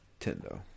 Tendo